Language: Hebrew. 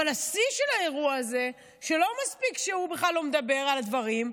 אבל השיא של האירוע הזה הוא שלא מספיק שהוא בכלל לא מדבר על הדברים,